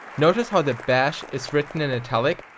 notice how the bash is written in italic?